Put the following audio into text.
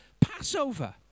Passover